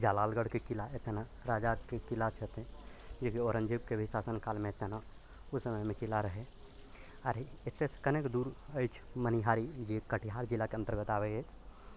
जलालगढ़के किला एतऽ ने राजाके किला छथिन जेकि औरङ्गजेबके भी शासनकालमे एतऽ ने ओइ समयमे किला रहै आर एतऽसँ कनेक दूर अछि मनिहारी जे कटिहार जिलाके अन्तर्गत आबैत यऽ